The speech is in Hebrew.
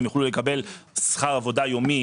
הם יוכלו לקבל שכר עבודה יומי,